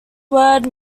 word